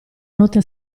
notte